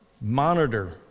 Monitor